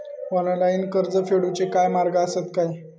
Online कर्ज फेडूचे काय मार्ग आसत काय?